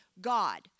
God